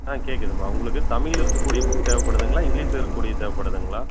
ஆ கேட்குதுப்பா உங்களுக்கு தமிழில் இருக்கக்கூடியது புக் தேவைப்படுதுங்களா இங்க்லீஷில் இருக்கக்கூடியது தேவைப்படுதுங்களா